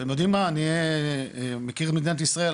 אתם יודעים מה אני מכיר את מדינת ישראל,